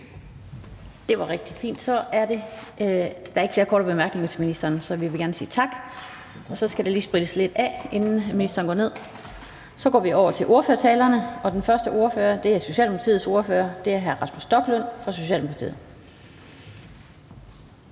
Det er rigtig fint. Der er ikke flere korte bemærkninger til ministeren, og så vil vi gerne sige tak. Så skal der lige sprittes lidt af, inden ministeren går ned. Så går vi over til ordførertalerne, og den første ordfører er Socialdemokratiets ordfører, hr. Rasmus Stoklund. Værsgo.